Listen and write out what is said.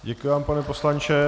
Děkuji vám, pane poslanče.